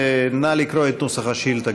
נא לקרוא את נוסח השאילתה,